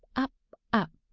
up, up,